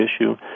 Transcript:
issue